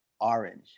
orange